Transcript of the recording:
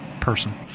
person